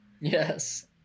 yes